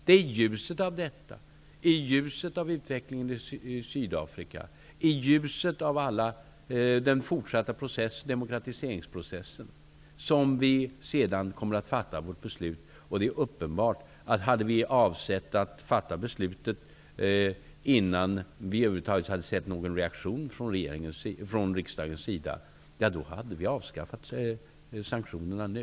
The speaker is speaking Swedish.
Det är i ljuset av detta, i ljuset av utvecklingen i Sydafrika och i ljuset av hela den fortsatta demokratiseringsprocessen som vi sedan kommer att fatta vårt beslut. Hade vi avsett att fatta beslutet innan vi över huvud taget hade sett någon reaktion från riksdagens sida hade vi -- det är väl uppenbart -- avskaffat sanktionerna nu.